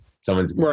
Someone's